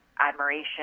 admiration